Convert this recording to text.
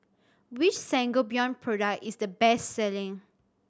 which Sangobion product is the best selling